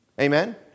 Amen